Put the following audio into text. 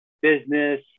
business